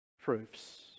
proofs